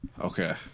Okay